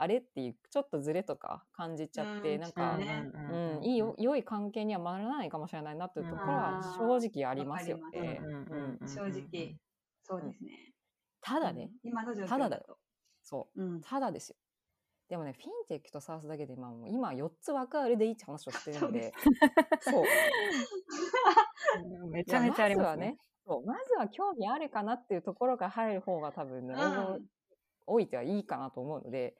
あれ？っていう、ちょっとズレとか感じちゃって、うん、なんか、そうね。うん、いいよ、良い関係には回らないかもしれないなっていうところは、うんうんうん。正直ありますよ。わかります。ええ。うんうんうんうんうん。正直、そうですね。ただね、うん。今の状況ただだよ。だと。そう。うん。ただですよ。でもね、フィンテックとSaaSだけで、まあ、もう今四つ枠あるでいいって話をしてるので、そうです。そう。 いや、めちゃめちゃありますね。まずはね、そう、まずは興味あるかなっていうところから入る方が多分ね、英語うん。多いってはいいかなと思うので、